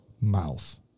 mouth